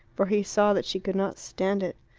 for he saw that she could not stand it.